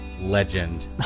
legend